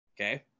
Okay